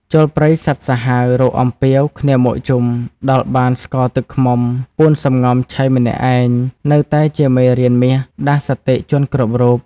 «ចូលព្រៃសត្វសាហាវ រកអំពាវគ្នាមកជុំ ដល់បានស្ករទឹកឃ្មុំ ពួនសំងំឆីម្នាក់ឯង» នៅតែជាមេរៀនមាសដាស់សតិជនគ្រប់រូប។